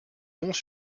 monts